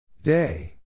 Day